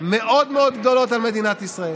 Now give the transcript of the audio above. מאוד מאוד גדולות על מדינת ישראל